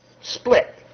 split